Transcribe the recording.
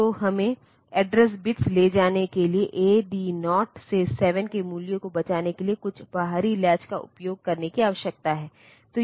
तो हमें address bits ले जाने के लिए इस AD 0 से 7 के मूल्य को बचाने के लिए कुछ बाहरी लैच का उपयोग करने की आवश्यकता है